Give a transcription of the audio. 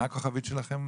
מה הכוכבית שלכם?